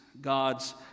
God's